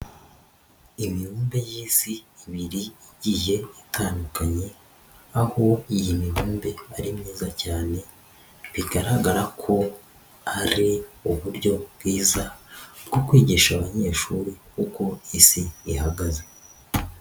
Imibumbe y'Isi ibiri igiye itandukanye, aho iyi mibumbe ari myiza cyane, bigaragara ko ari uburyo bwiza bwo kwigisha abanyeshuri uko Isi ihagaze.